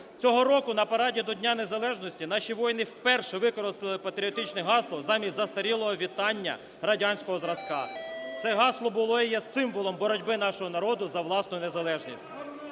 Цього року на параді до Дня незалежності наші воїни вперше використали патріотичне гасло замість застарілого вітання радянського зразка. Це гасло було і є символом боротьби нашого народу за власну незалежність.